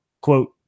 quote